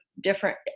different